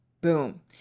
Boom